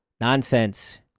Nonsense